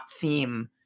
theme